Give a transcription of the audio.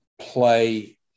play